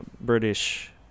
British